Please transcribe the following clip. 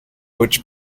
which